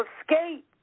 escape